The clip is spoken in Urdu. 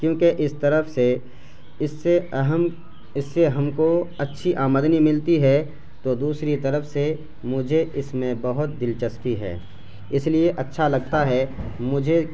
کیونکہ اس طرف سے اس سے اہم اس سے ہم کو اچھی آمدنی ملتی ہے تو دوسری طرف سے مجھے اس میں بہت دلچسپی ہے اس لیے اچھا لگتا ہے مجھے